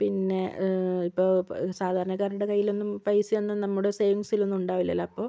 പിന്നെ ഇപ്പോൾ സാധാരണക്കാരുടെ കയ്യിലൊന്നും പൈസ ഒന്നും നമ്മുടെ സേവിങ്സിൽ ഒന്നും ഉണ്ടാവില്ലലോ അപ്പോൾ